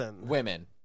Women